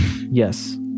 yes